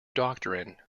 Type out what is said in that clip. doctrine